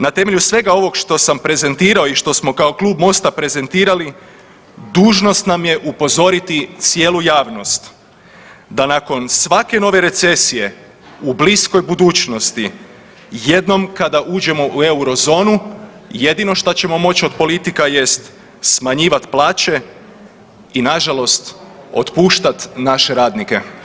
Na temelju svega ovoga što sam prezentirao i što smo kao Klub MOST-a prezentirali dužnost nam je upozoriti cijelu javnost da nakon svake nove recesije u bliskoj budućnosti jednom kada uđemo u Eurozonu jedino šta ćemo moći od politika jest smanjivat plaće i nažalost otpuštat naše radnike.